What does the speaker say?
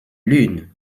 lune